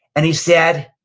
and he said,